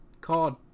card